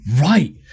Right